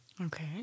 Okay